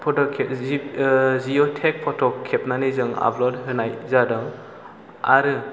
फट' जिय' टेग फट' खेबनानै जों फट' आपलद होनाय जादों आरो